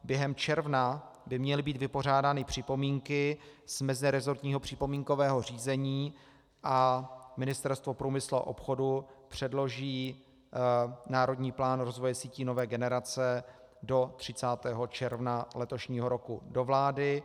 Během června by měly být vypořádány připomínky z mezirezortního připomínkového řízení a Ministerstvo průmyslu a obchodu předloží Národní plán rozvoje sítí nové generace do 30. června letošního roku do vlády.